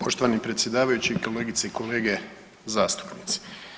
Poštovani predsjedavajući, kolegice i kolege zastupnici.